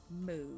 Move